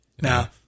Now